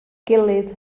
gilydd